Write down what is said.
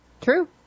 True